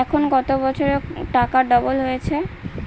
এখন কত বছরে টাকা ডবল হচ্ছে?